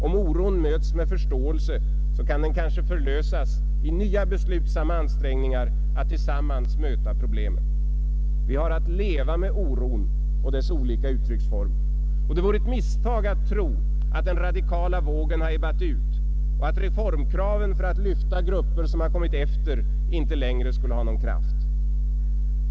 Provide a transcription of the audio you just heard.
Om oron möts med förståelse, kan den kanske förlösas i nya beslutsamma ansträngningar att tillsammans möta problemen. Vi har att leva med oron och dess olika uttrycksformer, och det vore ett misstag att tro att den radikala vågen har ebbat ut och att reformkraven för att lyfta grupper som har kommit efter inte längre skulle ha någon kraft.